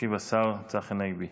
ישיב השר צחי הנגבי,